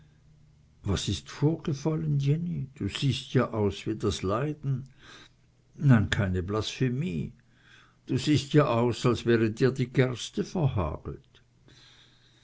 was ist vorgefallen jenny du siehst ja aus wie das leiden nein keine blasphemie du siehst ja aus als wäre dir die gerste